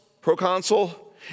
proconsul